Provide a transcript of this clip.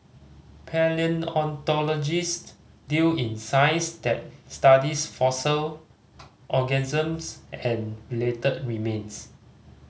palaeontologists deal in science that studies fossil organisms and related remains